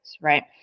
Right